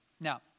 Now